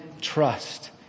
trust